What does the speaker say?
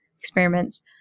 experiments